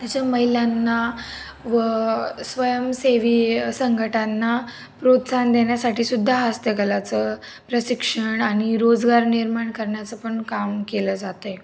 त्याच्या महिलांना व स्वयंसेवी संघटांना प्रोत्साहन देण्यासाठीसुद्धा हस्तकलेचं प्रशिक्षण आणि रोजगार निर्माण करण्याचं पण काम केलं जातं आहे